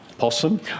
Possum